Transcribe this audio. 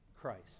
Christ